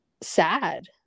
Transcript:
sad